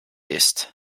ist